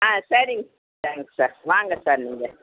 ஆ சரிங்க thanks sir வாங்க sir நீங்கள்